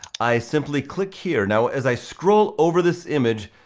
i simply click here. now as i scroll over this image,